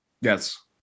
Yes